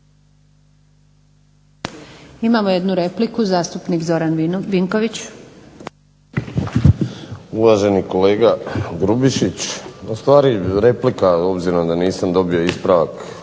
Imamo jednu repliku zastupnik Zoran Vinković. **Vinković, Zoran (HDSSB)** Uvaženi kolega Grubišić, ustvari replika obzirom da nisam dobio ispravak